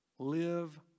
Live